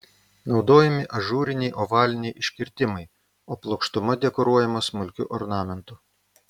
naudojami ažūriniai ovaliniai iškirtimai o plokštuma dekoruojama smulkiu ornamentu